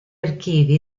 archivi